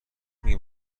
میگه